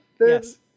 Yes